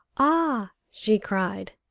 ah! she cried,